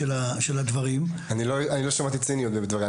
ודאות גדולה יותר היכן אנחנו עומדים בכל מושג אחר.